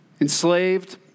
Enslaved